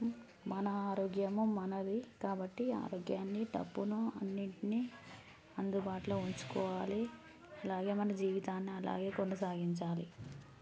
మన ఆరోగ్యం మనది కాబట్టి ఆరోగ్యాన్ని డబ్బును అన్నింటిని అందుబాటులో ఉంచుకోవాలి అలాగే మన జీవితాన్ని అలాగే కొనసాగించాలి